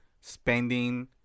spending